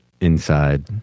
inside